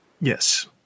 Yes